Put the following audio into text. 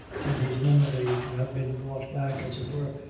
and his memory to have been brought back, as it were,